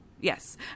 Yes